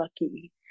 lucky